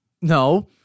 no